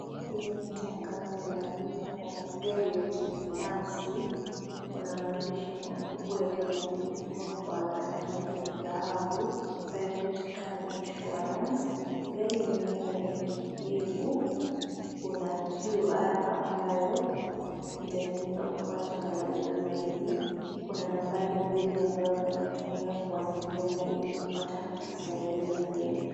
Hili ni tangazo la bima ya gari ya kibinafsi. Kuna maandishi makubwa yaliyoandikwa kwa rangi ya dhahabu, private car insurance . Gari yenyewe ni ya kijivu. Kuna QR ambayo itatumika kupata maelezo zaidi. Kuna nambari mbili ambayo unaweza tumia kuwasiliana ili kupata maelezo zaidi.